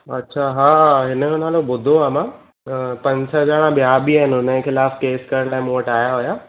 अछा हा हिनजो नालो ॿुधो आहे मां पंज छह ॼणा ॿिया बि आहिनि हुनजे खिलाफ़ केस करणु लाइ मूं वटि आया हुया